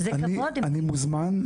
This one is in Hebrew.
אני מוזמן.